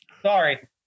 Sorry